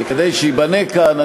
וכדי שייבנה כאן,